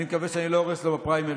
אני מקווה שאני לא הורס לו בפריימריז.